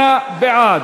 58 בעד,